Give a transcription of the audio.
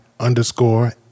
underscore